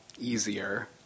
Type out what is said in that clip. easier